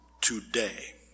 today